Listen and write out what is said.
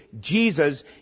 Jesus